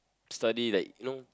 study like you know